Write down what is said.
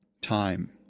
time